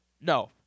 No